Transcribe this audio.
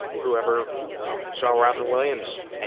who ever saw robin williams